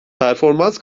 performans